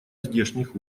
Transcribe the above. здешних